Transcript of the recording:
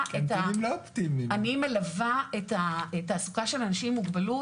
אני מלווה את התעסוקה של אנשים עם מוגבלות,